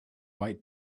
white